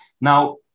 Now